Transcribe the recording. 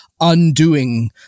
undoing